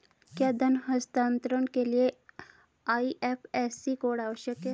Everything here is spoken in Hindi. क्या धन हस्तांतरण के लिए आई.एफ.एस.सी कोड आवश्यक है?